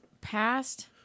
passed